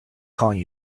calling